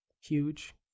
huge